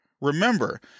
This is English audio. Remember